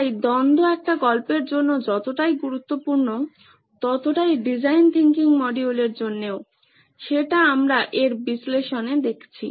তাই দ্বন্দ্ব একটা গল্পের জন্য যতটাই গুরুত্বপূর্ণ ততটাই ডিজাইন থিংকিং মডিউলের জন্যেও সেটা আমরা এর বিশ্লেষণে দেখছি